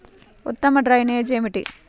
ఉత్తమ డ్రైనేజ్ ఏమిటి?